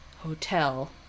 Hotel